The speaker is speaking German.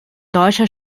deutscher